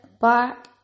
back